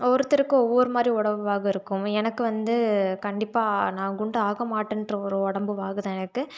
ஒருத்தருக்கு ஒவ்வொரு மாதிரி உடம்புவாகு இருக்கும் எனக்கு வந்து கண்டிப்பாக நான் குண்டாகமாட்டேங்ற ஒரு உடம்புவாகுதான் எனக்கு